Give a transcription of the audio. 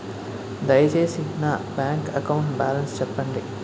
దయచేసి నా bank account balance చెప్పండి